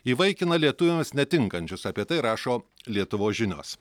įvaikina lietuviams netinkančius apie tai rašo lietuvos žinios